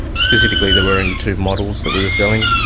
specifically there were only two models that we were selling,